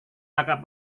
kakak